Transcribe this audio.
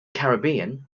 caribbean